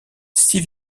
six